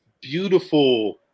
beautiful